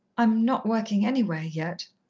i'm not working anywhere yet.